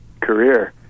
career